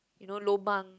you know lobang